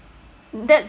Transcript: that's